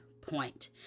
point